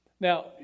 Now